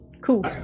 Cool